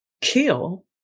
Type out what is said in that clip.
kill